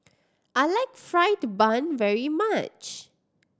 I like fried bun very much